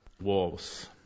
wolves